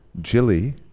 Jilly